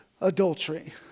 adultery